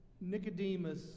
Nicodemus